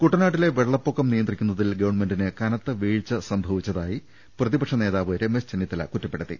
കുട്ടനാട്ടില്ലെ വെള്ളപ്പൊക്കം നിയന്ത്രിക്കുന്നതിൽ ഗവൺമെന്റിന് കനത്ത വീഴ്ച സംഭവിച്ചതായി പ്രതി പക്ഷ നേതാവ് രമേശ് ചെന്നിത്തല കുറ്റപ്പെടുത്തി